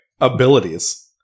Abilities